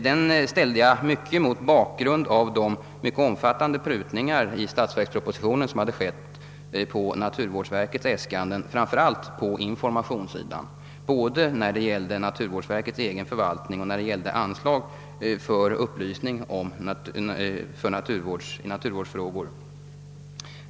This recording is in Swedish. Den frågan framställde jag mot bakgrund av de mycket omfattande prutningar på naturvårdsverkets äskanden, framför allt på informationssidan, som skett i statsverkspropositionen. Sådana prutningar har gjorts både när det gällt naturvårdsverkets egen förvaltning och anslagen för upplysning i naturvårdsfrågor.